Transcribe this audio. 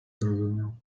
zrozumiał